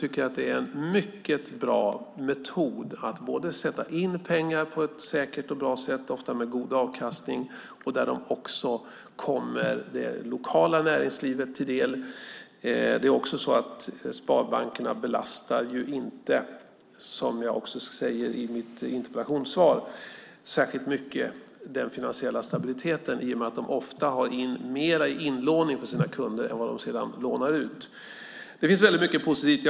Det är en mycket bra metod för att sätta in pengar på ett säkert och bra sätt, ofta med god avkastning. De kommer också det lokala näringslivet till del. Det är också så att sparbankerna - vilket jag också skriver i mitt interpellationssvar - inte belastar den finansiella stabiliteten särskilt mycket, i och med att de ofta har mer i inlåning från sina kunder än vad de lånar ut. Det finns väldigt mycket positivt.